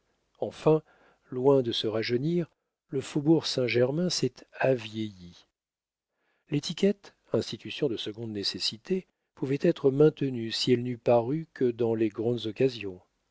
enfin loin de se rajeunir le faubourg saint-germain s'est avieilli l'étiquette institution de seconde nécessité pouvait être maintenue si elle n'eût paru que dans les grandes occasions